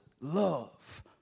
love